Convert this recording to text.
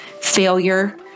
failure